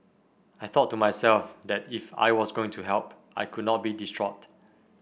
i thought to myself that if I was going to help I could not be distraught